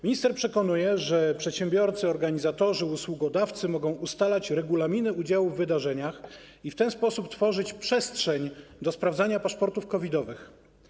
Minister przekonuje, że przedsiębiorcy, organizatorzy, usługodawcy mogą ustalać regulaminy udziału w wydarzeniach i w ten sposób tworzyć przestrzeń do sprawdzania paszportów COVID-owych.